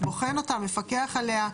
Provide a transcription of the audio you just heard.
בוחן אותה, מפקח עליה?